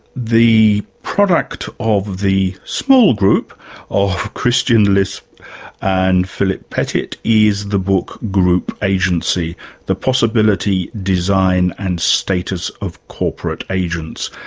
the product of the small group of christian list and philip pettit is the book group agency the possibility, design and status of corporate agents.